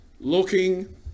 Looking